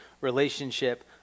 relationship